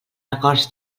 records